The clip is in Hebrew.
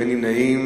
לוועדת העלייה,